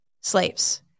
slaves